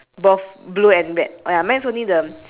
so it's one wait ask you ah your